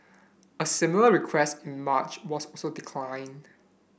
a similar request in March was also declined